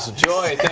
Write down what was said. joy,